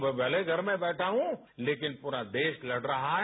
मैं भले घर में बैठा हू लेकिन पूरा देश लड़ रहा है